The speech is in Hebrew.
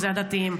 הדתיים,